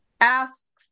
asks